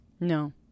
No